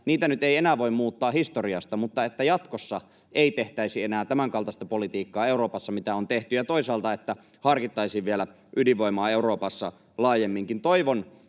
nyt ei enää voi muuttaa historiasta — jotta jatkossa ei tehtäisi Euroopassa enää tämänkaltaista politiikkaa, mitä on tehty, ja jotta toisaalta harkittaisiin vielä ydinvoimaa Euroopassa laajemminkin.